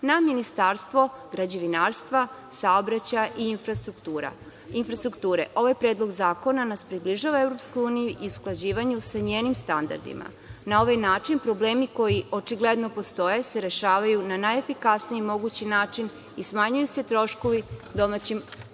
na Ministarstvo građevinarstva, saobraćaja i infrastrukture. Ovaj Predlog zakona nas približava EU i usklađivanju sa njenim standardima. Na ovaj način problemi koji očigledno postoje se rešavaju na najefikasniji mogući način i smanjuju se troškovi domaćim prevoznicima.